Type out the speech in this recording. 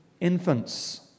infants